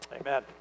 amen